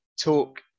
talk